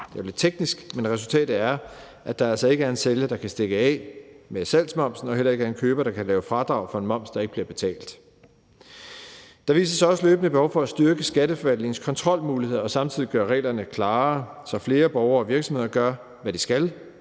Det er lidt teknisk, men resultatet er, at der altså ikke er en sælger, der kan stikke af med salgsmomsen, og at der heller ikke er en køber, der kan tage fradrag for en moms, der ikke bliver betalt. Der viser sig også løbende et behov for at styrke skatteforvaltningens kontrolmuligheder og samtidig gøre reglerne klarere, så flere borgere og virksomheder gør, hvad de skal.